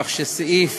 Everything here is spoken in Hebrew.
כך שסעיף